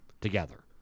together